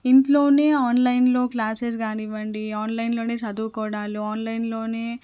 ఇంట్లోనే ఆన్లైన్లో క్లాసెస్ కానివ్వండి ఆన్లైన్లోనే చదువుకోవడాలు ఆన్లైన్లోనే